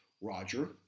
Roger